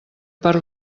per